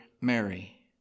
Mary